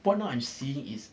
what not I'm seeing is